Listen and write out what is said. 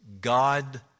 God